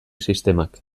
sistemak